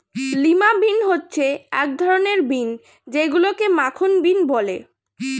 lima bean হচ্ছে এক ধরনের বিন যেইগুলোকে মাখন বিন বলে